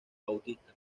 bautista